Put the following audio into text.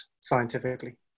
scientifically